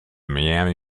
miami